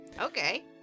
Okay